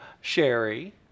Sherry